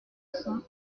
cent